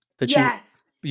Yes